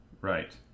right